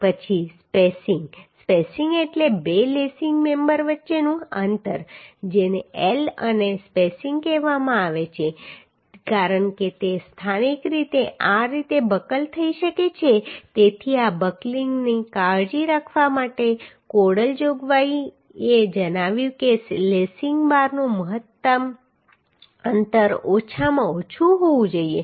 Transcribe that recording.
પછી spacing spacing એટલે બે લેસિંગ મેમ્બર વચ્ચેનું અંતર જેને L અને આ સ્પેસિંગ કહેવામાં આવે છે કારણ કે તે સ્થાનિક રીતે આ રીતે બકલ થઈ શકે છે તેથી આ બકલીંગની કાળજી રાખવા માટે કોડલ જોગવાઈએ જણાવ્યું છે કે લેસિંગ બારનું મહત્તમ અંતર ઓછામાં ઓછું હોવું જોઈએ